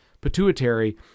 pituitary